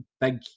big